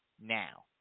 now